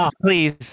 please